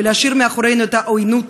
ולהשאיר מאחורינו את העוינות,